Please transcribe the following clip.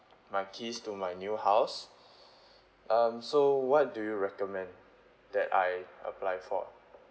my keys to my new house um so what do you recommend that I apply for